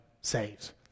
saves